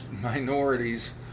minorities